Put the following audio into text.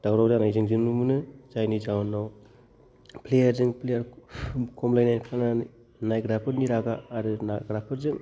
दावराव जानाय जों नुनो मोनो जायनि जाहोनाव प्लेयारजों प्लेयार खमलायनायफोरा नायग्राफोरनि रागा आरो नायग्राफोरजों